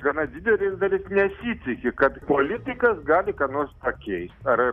gana didelės dalies nesitiki kad politikas gali ką nors pakeist ar